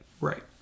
Right